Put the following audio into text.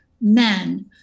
men